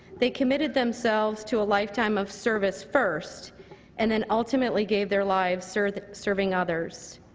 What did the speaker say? they committed themselves to a lifetime of service first and then ultimately gave their lives serving serving others.